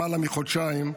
למעלה מחודשיים,